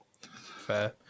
Fair